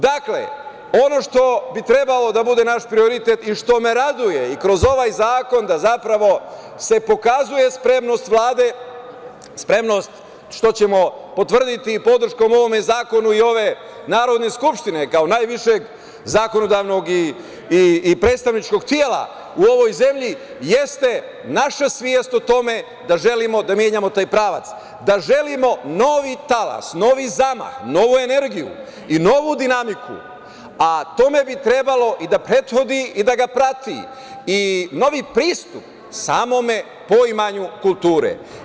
Dakle, ono što bi trebalo da bude naš prioritet i što me raduje i kroz ovaj zakon da zapravo se pokazuje spremnost Vlade, spremnost, što ćemo potvrditi i podrškom ovome zakonu i ove Narodne skupštine, kao najvišeg zakonodavnog i predstavničkog tela u ovoj zemlji, jeste naša svest o tome da želimo da menjamo taj pravac, da želimo novi talas, novi zamah, novu energiju i novu dinamiku, a tome bi trebalo i da prethodi i da ga prati i novi pristup samome poimanju kulture.